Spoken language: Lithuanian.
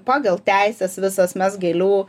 pagal teises visas mes gėlių